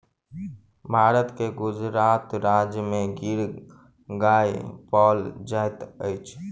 भारतक गुजरात राज्य में गिर गाय पाओल जाइत अछि